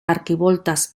arquivoltas